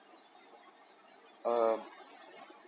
uh